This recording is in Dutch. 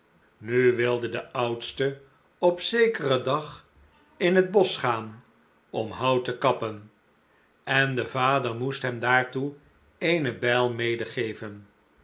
nu wilde de oudste op zekeren dag in het bosch gaan om hout te kappen en de vader moest hem daartoe eene bijl